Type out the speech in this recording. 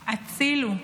הצילו.